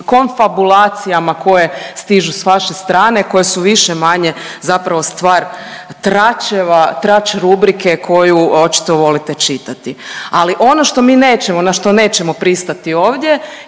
konfabulacijama koje stižu s vaše strane, koje su više-manje zapravo stvar tračeva, trač rubrike koju očito volite čitati. Ali ono što mi nećemo, na što nećemo pristati ovdje